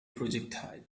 projectile